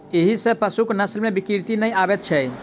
एहि सॅ पशुक नस्ल मे विकृति नै आबैत छै